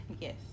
yes